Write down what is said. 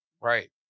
right